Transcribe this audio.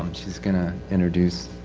she's gonna introduce,